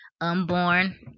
unborn